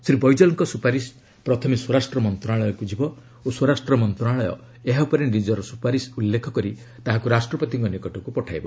ଶ୍ରୀ ବୈଜଲ୍ଙ୍କ ସୁପାରିସ ପ୍ରଥମେ ସ୍ୱରାଷ୍ଟ୍ର ମନ୍ତ୍ରଣାଳୟକୁ ଯିବ ଓ ସ୍ୱରାଷ୍ଟ୍ର ମନ୍ତ୍ରଣାଳୟ ଏହା ଉପରେ ନିଜର ସୁପାରିସ ଉଲ୍ଲେଖ କରି ତାହାକୁ ରାଷ୍ଟ୍ରପତିଙ୍କ ନିକଟକୁ ପଠାଇବ